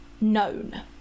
known